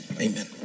amen